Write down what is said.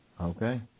Okay